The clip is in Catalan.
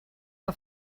que